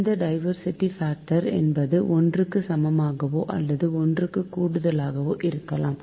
இந்த diversity factor என்பது ஒன்றுக்கு சமமாகவோ அல்லது ஒன்றுக்கு கூடுதலாகவோ இருக்கலாம்